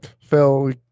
Phil